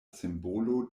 simbolo